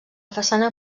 façana